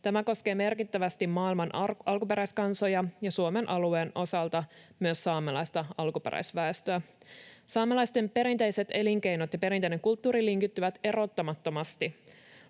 Tämä koskee merkittävästi maailman alkuperäiskansoja ja Suomen alueen osalta myös saamelaista alkuperäisväestöä. Saamelaisten perinteiset elinkeinot ja perinteinen kulttuuri linkittyvät erottamattomasti